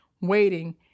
waiting